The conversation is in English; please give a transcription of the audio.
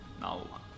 Now